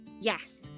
Yes